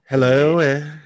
Hello